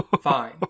fine